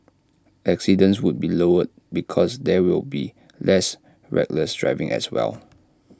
accidents would be lowered because there will be less reckless driving as well